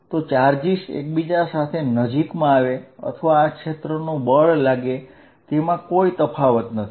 તો ચાર્જીસ એકબીજા સાથે નજીકમાં આવે અથવા આ ક્ષેત્રનું બળ લાગે તેમાં કોઈ તફાવત નથી